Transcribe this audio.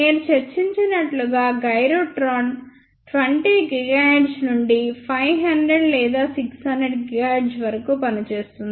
నేను చర్చించినట్లుగా gyrotron 20 GHz నుండి 500 లేదా 600 GHz వరకు పనిచేస్తుంది